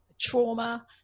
trauma